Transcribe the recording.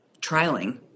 trialing